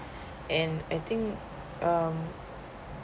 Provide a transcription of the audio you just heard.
and I think um